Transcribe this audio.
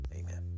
Amen